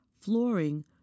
flooring